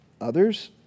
Others